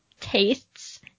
tastes